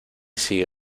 sigue